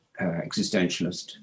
existentialist